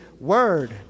Word